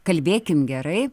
kalbėkim gerai